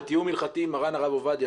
בתיאום הִלְכתי עם מרן הרב עובדיה,